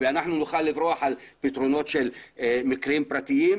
אנחנו נוכל לברוח לפתרונות של מקרים פרטיים,